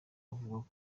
avuga